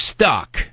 stuck